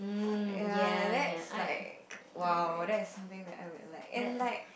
ya that's like !wow! that is something that I would like and like